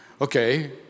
Okay